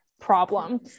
problem